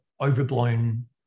overblown